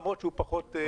למרות שהוא פחות יעיל.